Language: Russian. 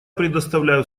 предоставляю